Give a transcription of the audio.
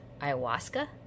ayahuasca